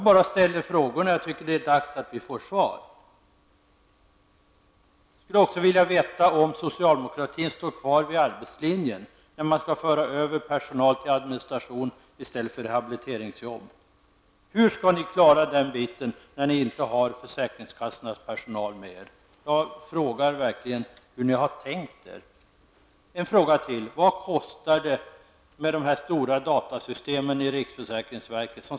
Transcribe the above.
Jag ställer frågorna, och jag tycker att det är dags att vi får svar. Jag skulle också vilja veta om socialdemokratin står kvar vid arbetslinjen med tanke på att man vill flytta över personal till administrationen i stället för till rehabiliteringsarbetet. Hur skall ni klara den biten när ni inte har försäkringskassornas personal med er? Jag frågar verkligen hur ni har tänkt er det. En fråga till: Vad kostar det med att två gånger ändra de stora datastystemen på riksförsäkringsverket?